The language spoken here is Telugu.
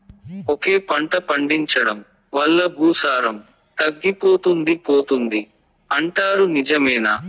ఒకే పంట పండించడం వల్ల భూసారం తగ్గిపోతుంది పోతుంది అంటారు నిజమేనా